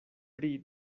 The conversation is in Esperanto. pri